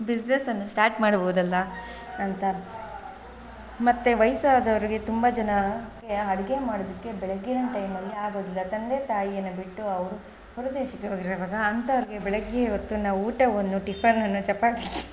ಬಿಸ್ನೆಸನ್ನು start ಮಾಡಬೋದಲ್ಲ ಅಂತ ಮತ್ತು ವಯಸ್ಸಾದವ್ರಿಗೆ ತುಂಬ ಜನ ಯಾ ಅಡಿಗೆ ಮಾಡೋದಕ್ಕೆ ಬೆಳಗ್ಗಿನ ಟೈಮಲ್ಲಿ ಆಗೋದಿಲ್ಲ ತಂದೆ ತಾಯಿಯನ್ನು ಬಿಟ್ಟು ಅವರು ಹೊರದೇಶಕ್ಕೆ ಹೋಗಿರುವಾಗ ಅಂಥವರಿಗೆ ಬೆಳಗ್ಗೆಯ ಹೊತ್ತು ನಾವು ಊಟವನ್ನು ಟಿಫನ್ನನ್ನು ಚಪಾತಿ